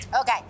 Okay